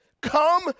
come